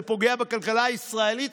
זה פוגע בכלכלה הישראלית,